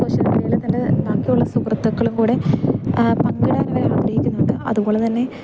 social മീഡിയയിലെ തൻ്റെ ബാക്കിയുള്ള സുഹൃത്തുക്കളും കൂടി പങ്കിടാൻ അവർ ആഗ്രഹിക്കുന്നുണ്ട് അതുപോലെതന്നെ